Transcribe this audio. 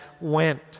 went